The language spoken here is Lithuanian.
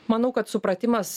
manau kad supratimas